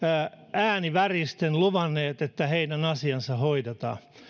ääni väristen luvanneet että heidän asiansa hoidetaan